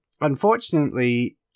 Unfortunately